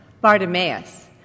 Bartimaeus